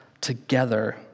together